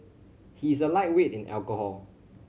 he is a lightweight in alcohol